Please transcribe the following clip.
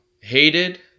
hated